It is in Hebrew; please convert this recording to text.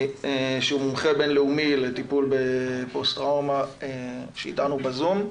שהוא מומחה בינלאומי לטיפול בפוסט טראומה שאיתנו בזום.